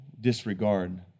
disregard